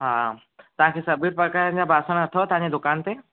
हा तव्हांखे सभई प्रकारनि जा बासण अथव तव्हांजी दुकानु ते